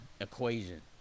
equation